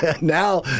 Now